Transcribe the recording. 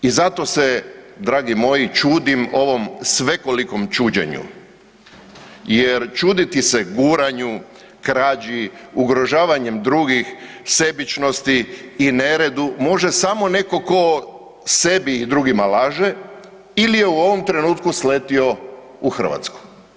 I zato se dragi moji čudim ovom svekolikom čuđenju jer čuditi se guranju, krađi, ugrožavanjem drugih, sebičnosti i neredu može samo netko tko sebi i drugima laže ili je u ovom trenutku sletio u Hrvatsku.